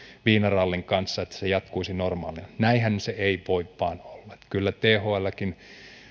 viinarallin kanssa että se jatkuisi normaalina näinhän se ei vain voi olla kyllä thlkin